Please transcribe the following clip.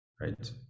right